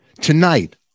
Tonight